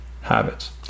habits